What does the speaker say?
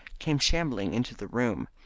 came shambling into the room.